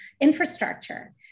infrastructure